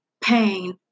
pain